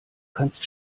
kannst